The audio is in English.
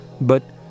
But